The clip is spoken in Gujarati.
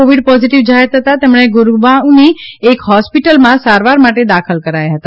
કોવિડ પોઝિટિવ જાહેર થતાં તેમણે ગુરગાંવની એક હોસ્પીટલમાં સારવાર માટે દાખલ કરાયા હતા